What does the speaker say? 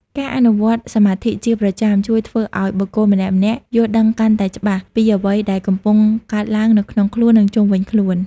ការអនុវត្តសមាធិជាប្រចាំជួយធ្វើឱ្យបុគ្គលម្នាក់ៗយល់ដឹងកាន់តែច្បាស់ពីអ្វីដែលកំពុងកើតឡើងនៅក្នុងខ្លួន និងជុំវិញខ្លួន។